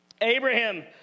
Abraham